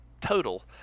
total